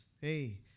Hey